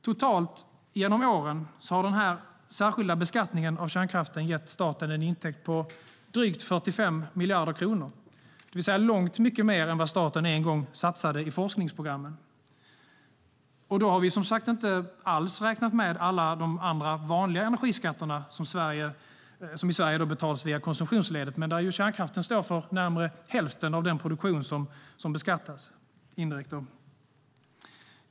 Totalt genom åren har den särskilda beskattningen av kärnkraften gett staten en intäkt på drygt 45 miljarder kronor, det vill säga långt mycket mer än vad staten en gång satsade i forskningsprogrammen - och då har vi som sagt inte alls räknat med alla de andra vanliga energiskatter som i Sverige betalas via konsumtionsledet men där kärnkraften indirekt står för närmare hälften av den produktion som beskattas.